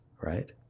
right